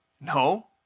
No